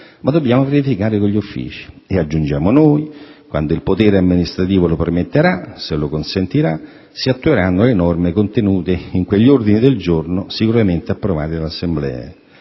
ma dobbiamo verificare con gli uffici» e, aggiungiamo noi, quando il «potere amministrativo lo permetterà, se lo consentirà, si attueranno le norme contenute in quegli ordini del giorno sicuramente approvati dall'Assemblea».